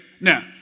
now